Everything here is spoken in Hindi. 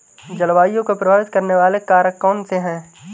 जलवायु को प्रभावित करने वाले कारक कौनसे हैं?